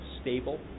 stable